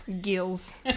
Gills